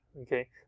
okay